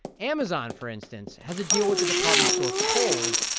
amazon, for instance, has a deal with the department store kohl's,